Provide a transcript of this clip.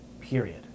period